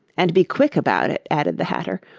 and be quick about it added the hatter,